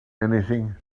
anything